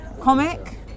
Comic